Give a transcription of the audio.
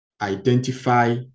identify